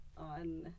on